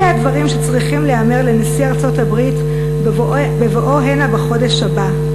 אלה הדברים שצריכים להיאמר לנשיא ארצות-הברית בבואו הנה בחודש הבא.